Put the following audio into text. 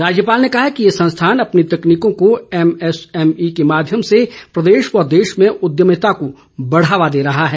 राज्यपाल ने कहा कि ये संस्थान अपनी तकनीकों को एमएसएमई के माध्यम से प्रदेश व देश में उद्यमिता को बढ़ावा दे रहा है